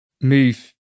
move